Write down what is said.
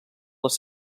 les